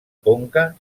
conca